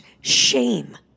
shame